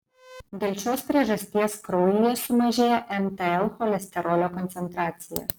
dėl šios priežasties kraujyje sumažėja mtl cholesterolio koncentracija